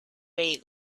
bailey